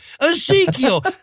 Ezekiel